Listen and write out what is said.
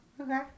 Okay